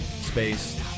space